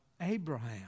Abraham